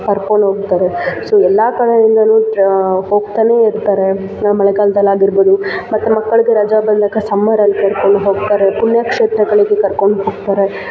ಕರ್ಕೊಂಡೋಗ್ತಾರೆ so ಎಲ್ಲ ಕಡೆಯಿಂದನೂ ಹೋಗ್ತಾನೇ ಇರ್ತಾರೆ ಮಳೆಗಾಲದಲ್ಲಾಗಿರ್ಬೋದು ಮತ್ತು ಮಕ್ಕಳಿಗೆ ರಜೆ ಬಂದಾಗ ಸಮ್ಮರಲ್ಲಿ ಕರ್ಕೊಂಡು ಹೋಗ್ತಾರೆ ಪುಣ್ಯಕ್ಷೇತ್ರಗಳಿಗೆ ಕರ್ಕೊಂಡು ಹೋಗ್ತಾರೆ